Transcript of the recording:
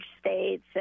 states